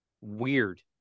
weird